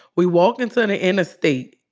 we walking to the and interstate,